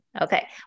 Okay